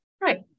Right